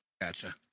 Gotcha